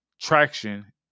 traction